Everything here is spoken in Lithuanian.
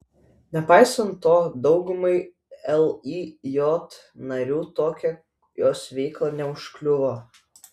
nepaisant to daugumai lijot narių tokia jos veikla neužkliuvo